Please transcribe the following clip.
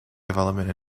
development